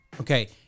Okay